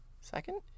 Second